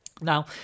Now